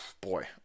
boy